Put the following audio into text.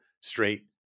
straight